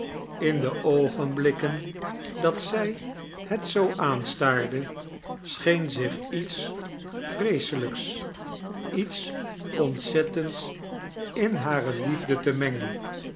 in de oogenblikken dat zij het zoo aanstaarde scheen zich iets vreeselijks iets ontzettends in hare liefde te mengen